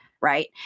right